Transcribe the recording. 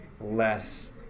less